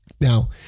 Now